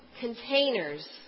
containers